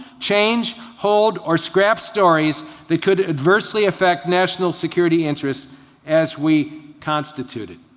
change, hold or scrap stories that could adversely affect national securities interests as we constituted.